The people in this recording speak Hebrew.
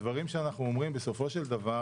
הדברים שאנחנו אומרים בסופו של דבר